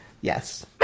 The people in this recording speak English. Yes